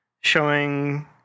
showing